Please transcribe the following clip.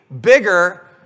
bigger